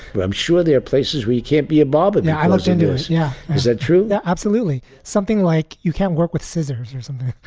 but i'm sure they are places where you can't be a bar. but now i looked into this. yeah. is that true? absolutely. something like you can't work with scissors or something.